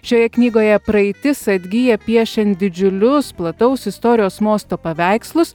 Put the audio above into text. šioje knygoje praeitis atgyja piešiant didžiulius plataus istorijos mosto paveikslus